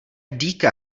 dýka